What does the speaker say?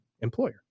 employer